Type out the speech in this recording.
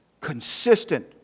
consistent